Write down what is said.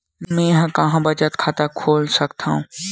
मेंहा कहां बचत खाता खोल सकथव?